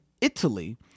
Italy